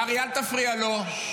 קרעי, אל תפריע לו.